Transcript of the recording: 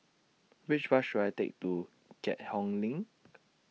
Which Bus should I Take to Keat Hong LINK